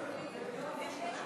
לוועדת הכלכלה נתקבלה.